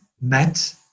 met